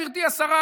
גברתי השרה,